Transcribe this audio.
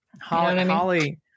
holly